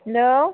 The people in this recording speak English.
hello